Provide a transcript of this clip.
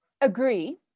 agree